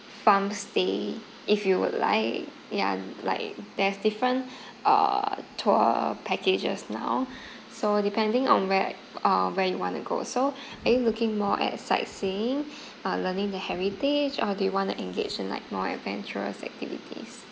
farmstay if you would like ya like there's different uh tour packages now so depending on where like uh where you want to go so are you looking more at sightseeing or learning the heritage or do you want to engage in like more adventurous activities